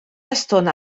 estona